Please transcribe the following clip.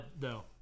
no